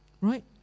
Right